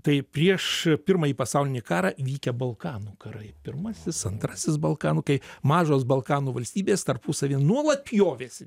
tai prieš pirmąjį pasaulinį karą vykę balkanų karai pirmasis antrasis balkanų kai mažos balkanų valstybės tarpusavyje nuolat pjovėsi